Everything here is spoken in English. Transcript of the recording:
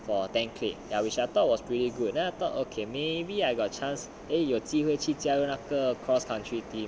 for ten clicks ya which I thought was pretty good then I thought maybe I got chance eh 有机会去加入那个 cross country team